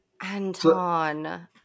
Anton